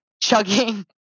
chugging